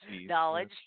knowledge